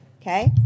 Okay